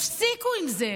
תפסיקו עם זה.